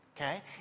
Okay